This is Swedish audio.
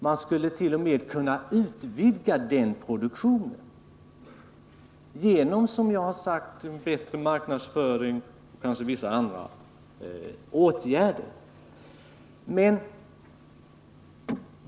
Man skulle t.o.m. kunna utvidga produktionen genom, som jag har sagt, bättre marknadsföring och kanske vissa andra åtgärder.